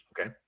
okay